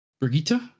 Brigitte